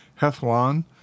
hethlon